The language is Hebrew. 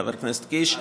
חבר הכנסת קיש,